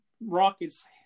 rockets